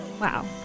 Wow